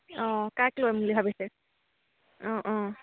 অঁ কাক লম বুলি ভাবিছে অঁ অঁ